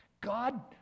God